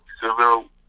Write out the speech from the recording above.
civil